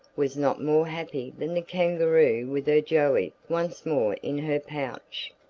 was not more happy than the kangaroo with her joey once more in her pouch.